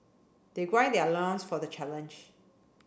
they grind their loins for the challenge